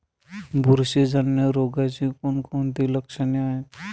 बुरशीजन्य रोगाची कोणकोणती लक्षणे आहेत?